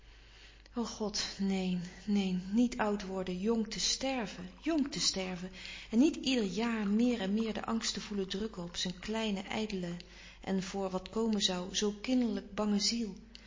god neen neen niet oud worden jong te sterven jng te sterven en niet ieder jaar meer en meer den angst te voelen drukken op zijn kleine ijdele en voor wat komen zoû zoo kinderlijk bange ziel